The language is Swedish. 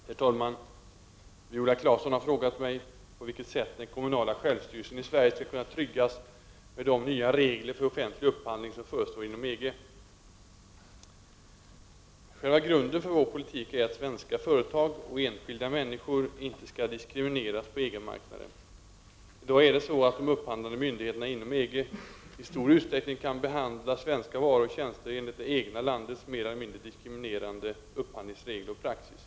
Herr talman! Viola Claesson har frågat mig på vilket sätt den kommunala självstyrelsen i Sverige skall kunna tryggas med de nya regler för offentlig upphandling som förestår inom EG. Själva grunden för vår politik är att svenska företag och enskilda människor inte skall diskrimineras på EG-marknaden. I dag är det så att de upphandlande myndigheterna inom EG i stor utsträckning kan behandla svenska varor och tjänster enligt det egna landets mer eller mindre diskriminerande upphandlingsregler och praxis.